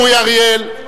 אורי אריאל.